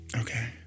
Okay